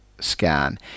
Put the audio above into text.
scan